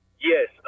Yes